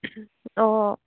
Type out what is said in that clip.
অঁ